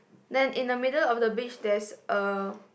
then in the middle of the beach there's a